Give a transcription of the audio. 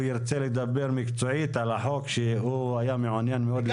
הוא ירצה לדבר מקצועית על החוק שהוא היה מעוניין מאוד להתקדם.